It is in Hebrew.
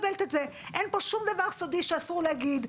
אין פה שום דבר סודי שאסור להגיד,